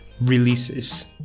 releases